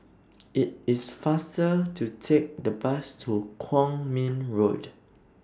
IT IS faster to Take The Bus to Kwong Min Road